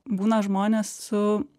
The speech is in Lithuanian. būna žmonės su